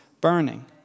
burning